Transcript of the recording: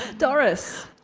doris.